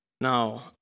Now